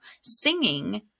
Singing